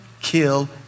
kill